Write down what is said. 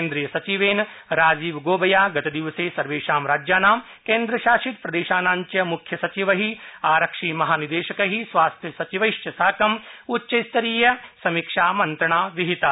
केन्द्रीय सचिवेन राजीवगोबया गतदिवसे सर्वेषां राज्यानां केन्द्रशासितप्रदेशानां च मुख्यसचिवै आरक्षि महानिदेशकै स्वास्थ्यसचिवैश्व साकं उच्चस्तरीय समीक्षामंत्रणा विहिता